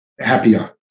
happier